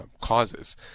causes